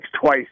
twice